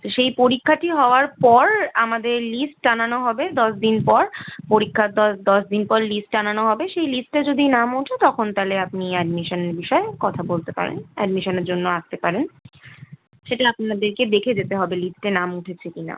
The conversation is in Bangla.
তো সেই পরীক্ষাটি হওয়ার পর আমাদের লিস্ট টাঙানো হবে দশ দিন পর পরীক্ষার দশ দশ দিন পর লিস্ট টাঙানো হবে সেই লিস্টে যদি নাম ওঠে তখন তাহলে আপনি অ্যাডমিশানের বিষয়ে কথা বলতে পারেন অ্যাডমিশানের জন্য আসতে পারেন সেটি আপনাদেরকে দেখে যেতে হবে লিস্টে নাম উঠেছে কি না